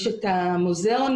את המוזיאונים,